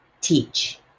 teach